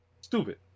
stupid